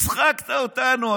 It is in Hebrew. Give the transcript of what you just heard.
הצחקת אותנו.